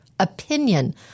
opinion